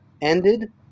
ended